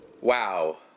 Wow